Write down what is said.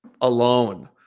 alone